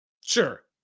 Sure